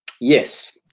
yes